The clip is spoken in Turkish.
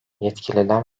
yetkililer